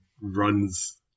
runs